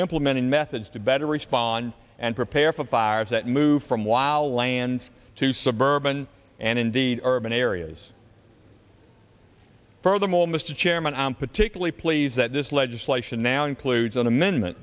implementing methods to better respond and prepare for fires that move from while lands to suburban and indeed urban areas furthermore mr chairman i'm particularly pleased that this legislation now includes an amendment